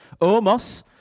Omos